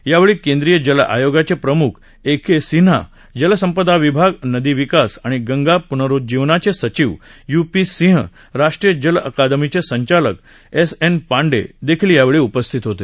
यावेळी केंद्रीय जलआयोगाचे प्रमुख ए के सिन्हा जलसंपदा विभाग नदीविकास आणि गंगा पुनरुज्जीवनाचे सचिव यू पी सिंह राष्ट्रीय जल अकादमीचे संचालक एस एन पांडे देखील यावेळी उपस्थित होते